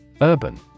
Urban